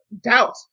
doubt